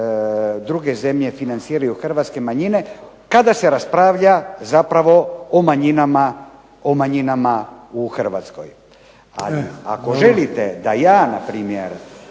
druge zemlje financiraju hrvatske manjine kada se raspravlja zapravo o manjinama u Hrvatskoj. Ako želite da ja npr.